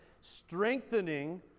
Strengthening